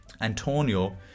Antonio